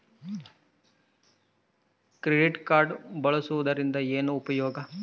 Credit card ಬಳಸುವದರಿಂದ ಏನು ಉಪಯೋಗ?